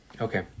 okay